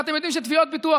אתם יודעים שתביעות ביטוח,